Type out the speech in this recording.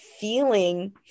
feeling